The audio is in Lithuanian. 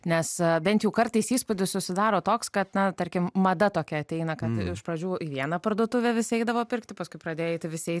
nes bent jau kartais įspūdis susidaro toks kad na tarkim mada tokia ateina kad iš pradžių į vieną parduotuvę visi eidavo pirkti paskui pradėjo eiti visi į